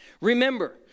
Remember